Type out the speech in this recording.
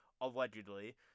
allegedly